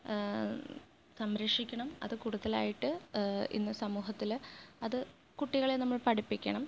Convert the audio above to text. സംരക്ഷിക്കണം അതുകൂടുതലായിട്ട് ഇന്ന് സമൂഹത്തിൽ അത് കുട്ടികളെ നമ്മൾ പഠിപ്പിക്കണം